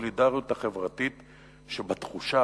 לסולידריות החברתית שבתחושה.